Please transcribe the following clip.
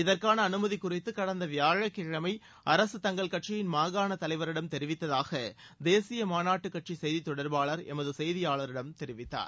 இதற்காள அனுமதி குறித்து கடந்த வியாழக்கிழமை அரசு தங்கள் கட்சியின் மாகாணத் தலைவரிடம் தெரிவித்ததாக தேசிய மாநாட்டுக் கட்சி செய்தி தொடர்பாளர் எமது செய்தியாளரிடம் தெரிவித்தார்